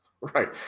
Right